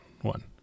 one